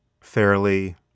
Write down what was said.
fairly